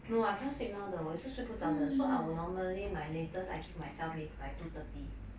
no I can't sleep now though 我也是睡不着的 so I'll normally my latest I give myself is by two thirty